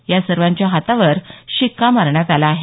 या सर्वांच्या हातावर शिक्का मारण्यात आला आहे